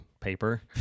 paper